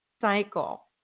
cycle